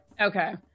Okay